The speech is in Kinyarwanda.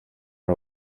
ari